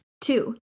Two